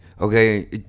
Okay